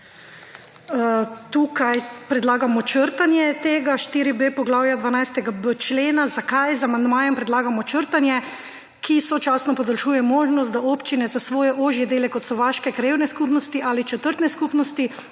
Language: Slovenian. Tukaj predlagamo črtanje tega 4.b poglavja 12.b člena. Zakaj z amandmajem predlagamo črtanje, ki sočasno podaljšuje možnost, da občine za svoje ožje dele, kot so vaške, krajevne skupnosti ali četrtne skupnosti,